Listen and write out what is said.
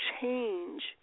change